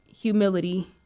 humility